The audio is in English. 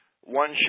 one